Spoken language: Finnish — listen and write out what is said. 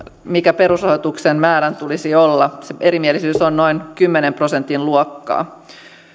mikä perusrahoituksen määrän tulisi olla erimielisyys on noin kymmenen prosentin luokkaa